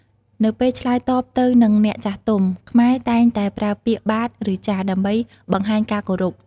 នៅពេលឆ្លើយតបទៅនឹងអ្នកចាស់ទុំ ខ្មែរតែងតែប្រើពាក្យ បាទឬចាស៎ ដើម្បីបង្ហាញការគោរព។